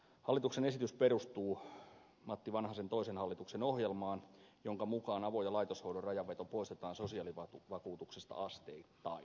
hallituksen esitys perustuu matti vanhasen toisen hallituksen ohjelmaan jonka mukaan avo ja laitoshoidon rajanveto poistetaan sosiaalivakuutuksesta asteittain